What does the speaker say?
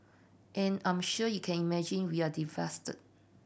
an I'm sure you can imagine we are devastated